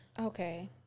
Okay